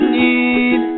need